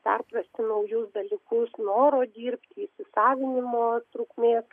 perprasti naujus dalykus noro dirbti įsisavinimo trukmės